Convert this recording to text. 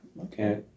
Okay